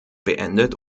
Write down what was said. beendet